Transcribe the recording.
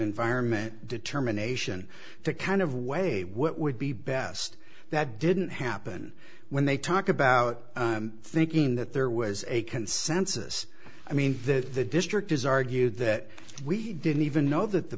environment determination the kind of way what would be best that didn't happen when they talk about thinking that there was a consensus i mean that the district has argued that we didn't even know that the